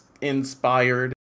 inspired